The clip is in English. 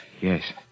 Yes